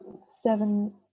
seven